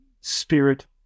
spirit